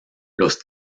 los